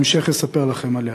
בהמשך אספר לכם עליה.